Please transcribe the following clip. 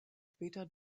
später